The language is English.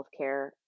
healthcare